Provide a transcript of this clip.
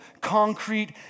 concrete